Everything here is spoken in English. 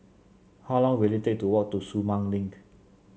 how long will it take to walk to Sumang Link